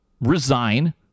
resign